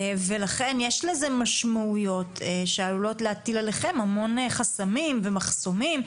ולכן יש לזה משמעויות שעלולות להטיל עליכם המון חסמים ומחסומים,